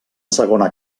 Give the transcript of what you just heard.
segona